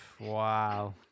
Wow